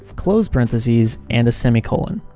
close parenthesis, and a semicolon.